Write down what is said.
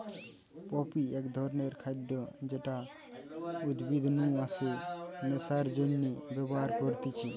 poppy এক ধরণের খাদ্য যেটা উদ্ভিদ নু আসে নেশার জন্যে ব্যবহার করতিছে